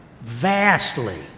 vastly